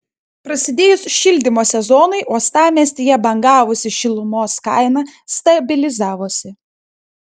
prasidėjus šildymo sezonui uostamiestyje bangavusi šilumos kaina stabilizavosi